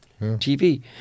TV